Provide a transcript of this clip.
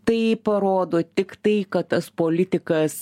tai parodo tik tai kad tas politikas